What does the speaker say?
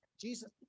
Jesus